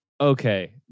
okay